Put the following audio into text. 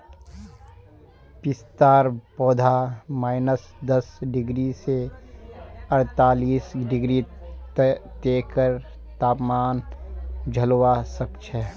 पिस्तार पौधा माइनस दस डिग्री स अड़तालीस डिग्री तकेर तापमान झेलवा सख छ